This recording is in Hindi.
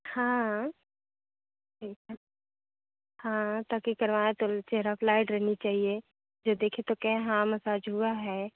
हाँ ठीक है हाँ ताकि करवाएँ तो चहरे पर लाइट रहनी चाहिए जो देखे तो कहे हाँ मसाज हुआ है